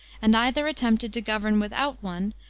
and either attempted to govern without one,